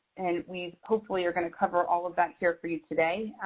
and we hopefully are going to cover all of that here for you today.